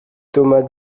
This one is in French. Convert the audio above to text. thomas